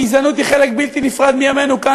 גזענות היא חלק בלתי נפרד מימינו כאן,